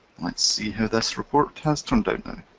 let's see how this report has turned out